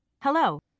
Hello